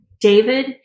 David